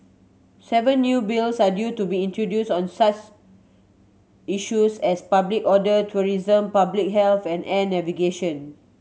seven new Bills are due to be introduced on such issues as public order tourism public health and air navigation